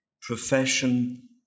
profession